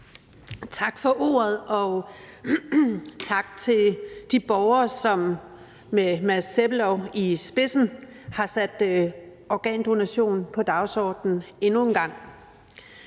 Tak for ordet. Og tak til de borgere, som med Mads Sebbelov i spidsen har sat organdonation på dagsordenen endnu en gang.